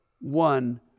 one